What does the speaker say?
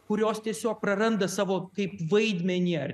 kurios tiesiog praranda savo kaip vaidmenį ar